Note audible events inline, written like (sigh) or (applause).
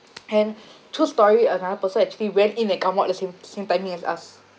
(noise) and true story another person actually went in and come out the same same timing as us